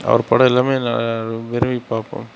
அவர் படம் எல்லாமே நான் விரும்பி பார்ப்போம்